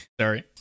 sorry